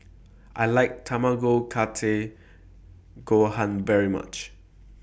I like Tamago Kake Gohan very much